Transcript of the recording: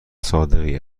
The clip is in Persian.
صادقی